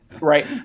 right